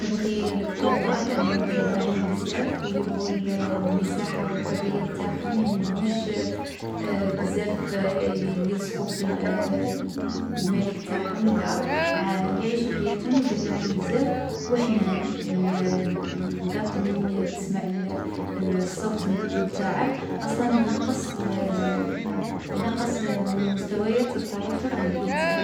نبغي القطوطا لأنهم دلّوعين بزاف و يبغو الـ المساحة و الحرية نتاعهم، يعني ماهمش بزاف لاصقين في المالك نتاعهم. لا، يعيشو حياتهم و دلوعين بزاف و حنان. القط من تسمع الصوت نتاعه، ينقص لك من مستويات التوتر لي عندك.